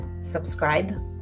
Subscribe